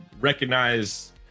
recognize